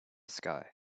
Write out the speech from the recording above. sky